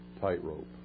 tightrope